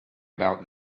about